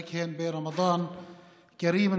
ונברך אותם ברמדאן כרים,